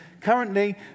Currently